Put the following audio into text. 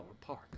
park